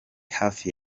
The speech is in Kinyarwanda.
hafi